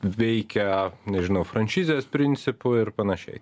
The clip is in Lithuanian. veikia nežinau franšizės principu ir panašiai